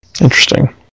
Interesting